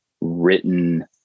written